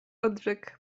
odrzekł